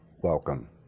welcome